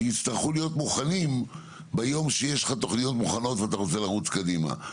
שיצטרכו להיות מוכנים ביום שיש לך תוכניות מוכנות ואתה רוצה לרוץ קדימה.